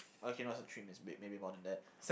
okay not say three minutes break maybe more than that